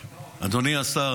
אדוני השר,